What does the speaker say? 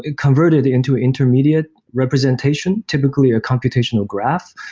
ah converted into intermediate representation, typically, a computational graph,